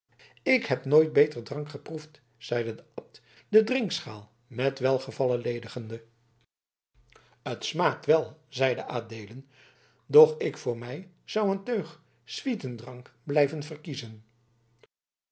ik heb nooit beter drank geproefd zeide de abt de drinkschaal met welgevallen ledigende t smaakt wel zeide adeelen doch ik voor mij zou een teug swietendrank blijven verkiezen